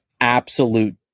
absolute